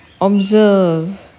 observe